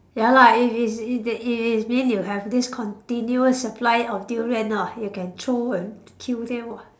ya lah if is it they it is mean you have this continuous supply of durian !wah! you can throw and kill them [what]